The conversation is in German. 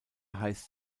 heißt